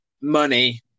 money